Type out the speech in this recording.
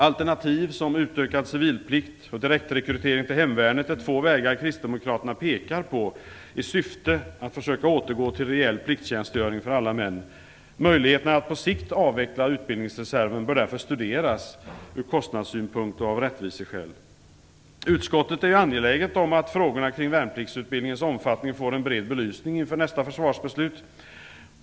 Alternativ som utökad civilplikt och direktrekrytering till hemvärnet är två vägar kristdemokraterna pekar på i syfte att försöka återgå till reell plikttjänstgöring för alla män. Möjligheterna att på sikt avveckla utbildningsreserven bör därför studeras ur kostnadssynpunkt och av rättviseskäl. Utskottet är angeläget om att frågorna kring värnpliktsutbildningens omfattning får en bred belysning inför nästa försvarsbeslut.